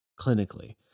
clinically